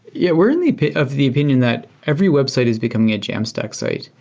yeah. we're of the opinion that every website is becoming a jamstack site,